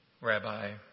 Rabbi